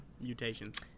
mutations